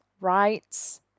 rights